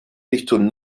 richtung